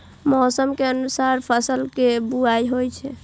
मौसम के अनुसार फसल के बुआइ होइ छै